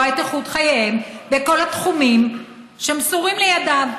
את איכות חייהם בכל התחומים שמסורים לידיו,